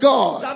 God